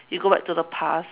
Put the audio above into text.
you go back to the past